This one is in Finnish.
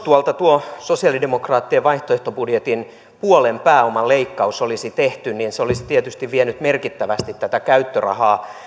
tuo sosialidemokraattien vaihtoehtobudjetin puolen pääoman leikkaus olisi tehty niin se olisi tietysti vienyt merkittävästi tätä käyttörahaa